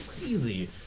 Crazy